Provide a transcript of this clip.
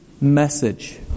message